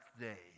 day